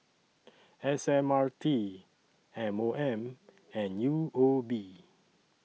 S M R T M O M and U O B